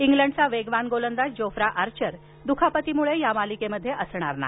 इंग्लंडचा वेगवान गोलंदाज जोफ्रा आर्चर दुखापतीमुळे या मालिकेमध्ये खेळणार नाही